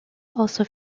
also